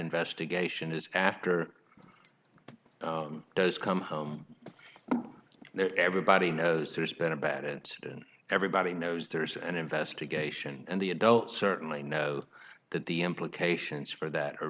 investigation is after does come home everybody knows there's been a bad it didn't everybody knows there's an investigation and the adults certainly know that the implications for that are